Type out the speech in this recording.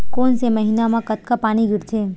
कोन से महीना म कतका पानी गिरथे?